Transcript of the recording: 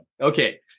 Okay